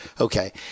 Okay